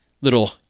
little